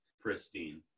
pristine